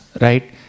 right